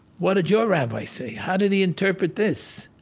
what did your rabbi say? how did he interpret this?